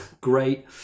great